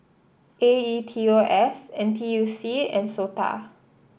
A E T O S N T U C and SOTA